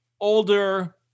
older